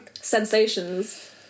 sensations